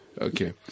okay